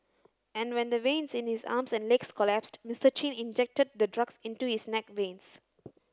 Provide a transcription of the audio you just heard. and when the veins in his arms and legs collapsed Mister Chin injected the drugs into his neck veins